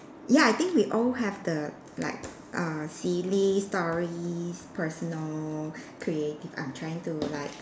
ya I think we all have the like err silly stories personal creative I'm trying to like